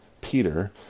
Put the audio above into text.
Peter